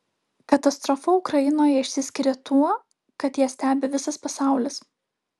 katastrofa ukrainoje išsiskiria tuo kad ją stebi visas pasaulis